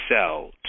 sell